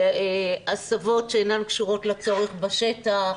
הסבות שאינן קשורות לצרות בשטח.